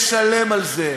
ישלם על זה,